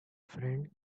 friend